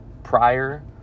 prior